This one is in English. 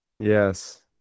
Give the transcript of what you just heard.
yes